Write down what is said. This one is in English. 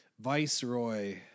Viceroy